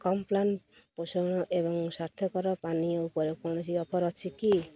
Complan ପୋଷଣ ଏବଂ ସ୍ଵାସ୍ଥ୍ୟକର ପାନୀୟ ଉପରେ କୌଣସି ଅଫର୍ ଅଛି କି